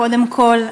קודם כול,